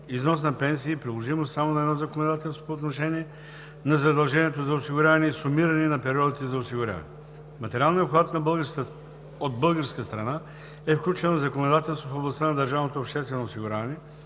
износ на пенсии, приложимост само на едно законодателство по отношение на задължението за осигуряване и сумиране на периодите за осигуряване. В материалния обхват от българска страна е включено законодателството в областта на